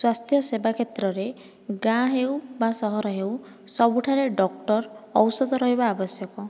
ସ୍ୱାସ୍ଥ୍ୟସେବା କ୍ଷେତ୍ରରେ ଗାଁ ହେଉ ବା ସହର ହେଉ ସବୁଠାରେ ଡକ୍ଟର ଔଷଧ ରହିବା ଆବଶ୍ୟକ